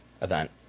event